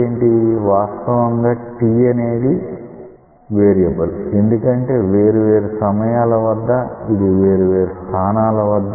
వాస్తవంగా ఇక్కడ t అనేది వేరియబుల్ ఎందుకంటే వేరు వేరు సమయాల వద్ద ఇది వేరు వేరు స్థానాల వద్ద ఉంటుంది